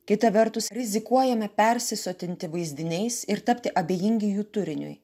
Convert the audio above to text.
kita vertus rizikuojame persisotinti vaizdiniais ir tapti abejingi jų turiniui